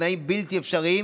בתנאים בלתי אפשריים,